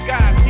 God